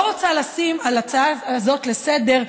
לא רוצה לשים על ההצעה הזאת לסדר-היום,